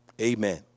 Amen